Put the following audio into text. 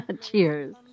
Cheers